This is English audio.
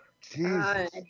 Jesus